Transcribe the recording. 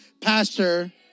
pastor